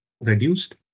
reduced